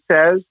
says